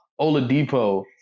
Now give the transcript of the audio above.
Oladipo